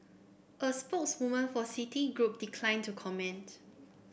a spokeswoman for Citigroup declined to comment